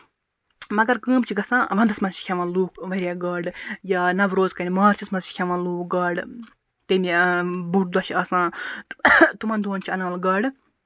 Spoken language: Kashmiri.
مَگر کٲم چھِ گژھان وَندَس منٛز چھِ کھیٚوان لُکھ واریاہ گاڈٕ یا نوروز کٔنۍ مارچَس منٛز چھِ کھیٚوان لُکھ گاڈٕ تَمہِ بوٚڑ دۄہ چھُ آسان تِمن دۄہَن چھُ اَنان گاڈٕ